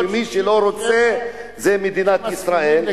ומי שלא רוצה זה מדינת ישראל.